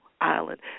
Island